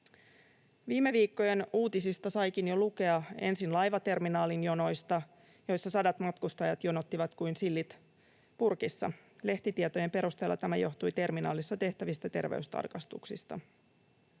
Viime viikkojen uutisista saikin jo lukea ensin laivaterminaalin jonoista, joissa sadat matkustajat jonottivat kuin sillit purkissa. Lehtitietojen perusteella tämä johtui terminaalissa tehtävistä terveystarkastuksista.